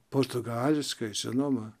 portugališkai žinoma